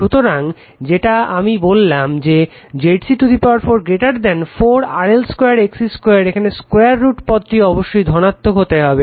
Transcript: সুতরাং যেটা আমি বললাম যে ZC 4 4 RL 2 XC 2 এখানে স্কোয়ার রুট পদটি অবশ্যই ধনাত্মক হতে হবে